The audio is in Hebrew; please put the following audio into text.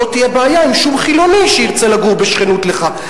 לא תהיה בעיה עם שום חילוני שירצה לגור בשכנות לך.